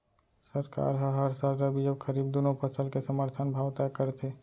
सरकार ह हर साल रबि अउ खरीफ दूनो फसल के समरथन भाव तय करथे